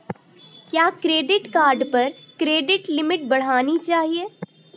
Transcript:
क्या credit card पर credit limit बढ़ानी चाहिए?